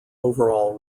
overall